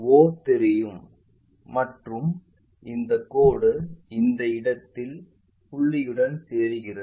o தெரியும் மற்றும் இந்தக் கோடு அந்த இடத்தில் புள்ளியுடன் சேருகிறது